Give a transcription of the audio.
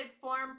form